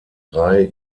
drei